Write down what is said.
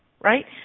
right